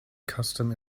custom